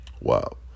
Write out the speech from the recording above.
Wow